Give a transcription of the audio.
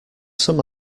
some